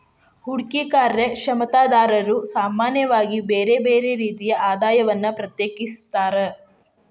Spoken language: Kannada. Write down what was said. ಹೂಡ್ಕಿ ಕಾರ್ಯಕ್ಷಮತಾದಾರ್ರು ಸಾಮಾನ್ಯವಾಗಿ ಬ್ಯರ್ ಬ್ಯಾರೆ ರೇತಿಯ ಆದಾಯವನ್ನ ಪ್ರತ್ಯೇಕಿಸ್ತಾರ್